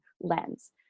lens